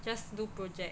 just do project